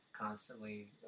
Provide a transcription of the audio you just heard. constantly